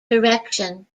direction